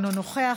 אינו נוכח,